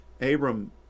Abram